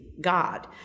God